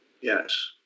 Yes